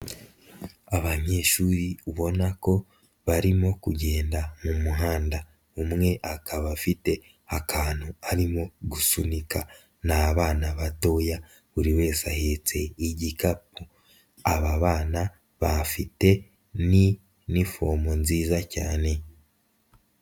Abanyeshuri ubona ko barimo kugenda mumuhanda, umwe akaba afite akantu arimo gusunika, ni abana batoya buri wese ahetse igikapu, aba bana bafite ni n'ifomu nziza cyane.